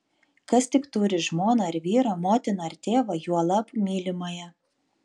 kas tik turi žmoną ar vyrą motiną ar tėvą juolab mylimąją